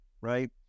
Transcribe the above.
right